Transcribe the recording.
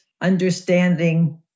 understanding